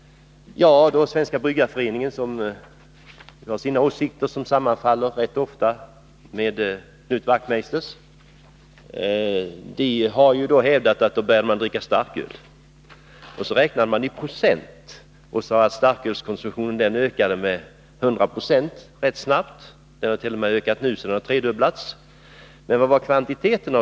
Svenska bryggareföreningen som har sina åsikter, vilka ofta sammanfaller. Nr 132 med Knut Wachtmeisters, har hävdat att mellanölskonsumenterna gick över Onsdagen den till starköl, och så räknar man i procent och säger att starkölskonsumtionen 28 april 1982 ökade med 100 96 rätt snabbt och sedan t.o.m. tredubblades. Men vilka = kvantiteter rör det sig om?